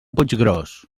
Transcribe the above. puiggròs